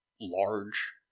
large